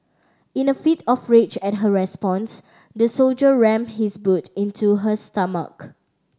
in a fit of rage at her response the soldier rammed his boot into her stomach